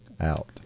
out